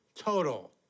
total